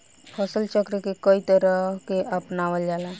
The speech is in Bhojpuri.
फसल चक्र के कयी तरह के अपनावल जाला?